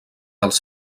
dels